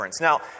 Now